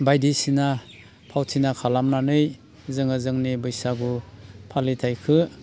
बायदिसिना फावथिना खालामनानै जोङो जोंनि बैसागु फालिथायखो